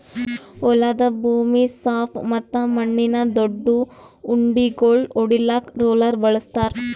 ಹೊಲದ ಭೂಮಿ ಸಾಪ್ ಮತ್ತ ಮಣ್ಣಿನ ದೊಡ್ಡು ಉಂಡಿಗೋಳು ಒಡಿಲಾಕ್ ರೋಲರ್ ಬಳಸ್ತಾರ್